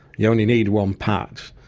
you only need one patch,